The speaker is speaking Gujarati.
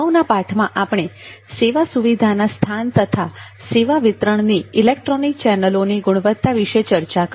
અગાઉના પાઠમાં આપણે સેવા સુવિધાના સ્થાન તથા સેવા વિતરણની ઇલેક્ટ્રોનિક ચેનલોની ગુણવત્તા વિષે ચર્ચા કરી